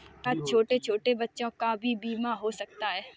क्या छोटे छोटे बच्चों का भी बीमा हो सकता है?